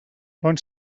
bon